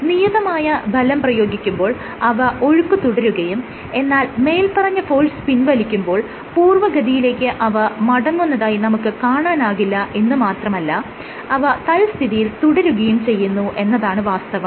നിയതമായ ബലം പ്രയോഗിക്കുമ്പോൾ അവ ഒഴുക്ക് തുടരുകയും എന്നാൽ മേല്പറഞ്ഞ ഫോഴ്സ് പിൻവലിക്കുമ്പോൾ പൂർവ്വഗതിയിലേക്ക് അവ മടങ്ങുന്നതായി നമുക്ക് കാണാനാകില്ല എന്ന് മാത്രമല്ല അവ തത്സ്ഥിയിൽ തുടരുകയും ചെയ്യുന്നു എന്നതാണ് വാസ്തവം